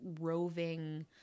roving